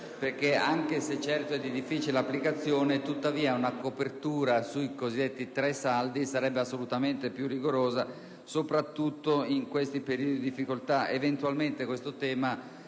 banale, anche se certamente di difficile applicazione, perché una copertura sui cosiddetti tre saldi sarebbe assolutamente più rigorosa, soprattutto nei momenti di difficoltà.